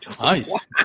Nice